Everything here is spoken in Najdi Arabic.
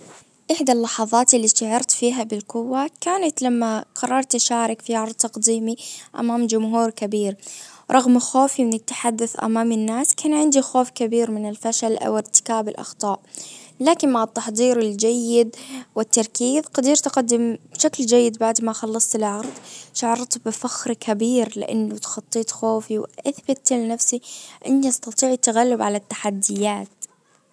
احدى اللحظات اللي شعرت فيها بالقوة كانت لما قررت اشارك في عرض تقديمي امام جمهور كبير. رغم خوفي من التحدث امام الناس. كان عندي خوف كبير من الفشل او ارتكاب الاخطاء. لكن مع التحضير الجيد والتركيز قدرت أقدم بشكل جيد بعد ما خلصت العرض شعرت بفخر كبير لانه اتخطيت خوفي وأثبتت لنفسي اني استطيع التغلب على التحديات.